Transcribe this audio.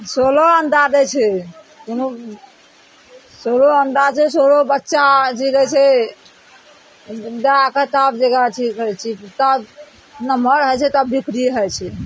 सोलह अण्डा दै छै कोनो सोलहो अण्डा छै सोलहो बच्चा जीबय छै दए कए तब जेकरा अथी करय छी की तब नमहर हइ छै तब बिक्री होइ छै